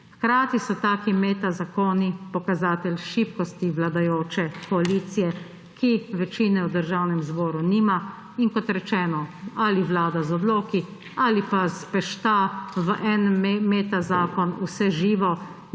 Hkrati so taki metazakoni pokazatelj šibkosti vladajoče koalicije, ki večine v Državnem zboru nima in, kot rečeno, ali vlada z odloki ali pa spešta v en zakon vse živo,